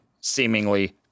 seemingly